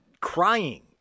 crying